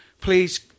please